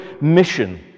mission